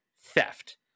theft